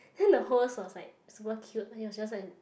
then the host was like super cute then he was just like